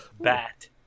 bat